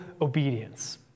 obedience